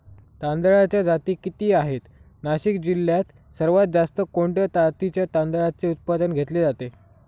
तांदळाच्या जाती किती आहेत, नाशिक जिल्ह्यात सर्वात जास्त कोणत्या जातीच्या तांदळाचे उत्पादन घेतले जाते?